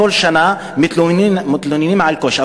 כל שנה מתלוננים על קושי,